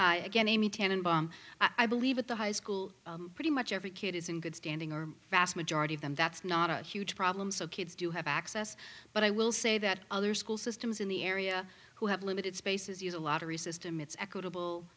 place again amy tan and bomb i believe at the high school pretty much every kid is in good standing or vast majority of them that's not a huge problem so kids do have access but i will say that other school systems in the area who have limited spaces use a lottery system it's equitable